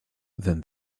than